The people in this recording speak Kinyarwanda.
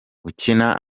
ukina